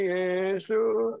Jesus